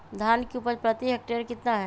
धान की उपज प्रति हेक्टेयर कितना है?